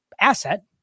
asset